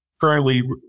currently